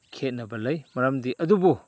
ꯈꯦꯠꯅꯕ ꯂꯩ ꯃꯔꯝꯗꯤ ꯑꯗꯨꯕꯨ